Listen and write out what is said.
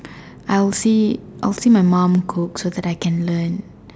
I will see I will see my mum cooks so that I can learn